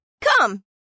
Come